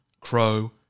Crow